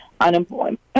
unemployment